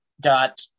got